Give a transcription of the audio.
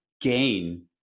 gain